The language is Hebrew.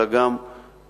אלא גם מול